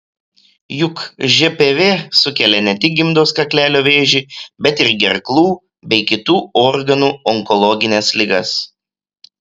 juk žpv sukelia ne tik gimdos kaklelio vėžį bet ir gerklų bei kitų organų onkologines ligas